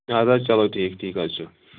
ہَے اَدٕ حظ چلو ٹھیٖک ٹھیٖک حظ چھُ